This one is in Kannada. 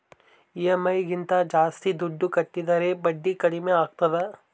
ಇ.ಎಮ್.ಐ ಗಿಂತ ಜಾಸ್ತಿ ದುಡ್ಡು ಕಟ್ಟಿದರೆ ಬಡ್ಡಿ ಕಡಿಮೆ ಆಗುತ್ತಾ?